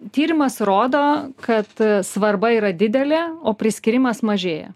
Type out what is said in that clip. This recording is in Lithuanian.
tyrimas rodo kad svarba yra didelė o priskyrimas mažėja